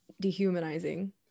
dehumanizing